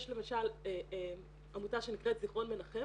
יש למשל עמותה שנקראת זיכרון מנחם